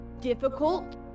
difficult